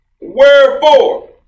Wherefore